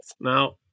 Now